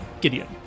Gideon